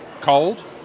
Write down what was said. cold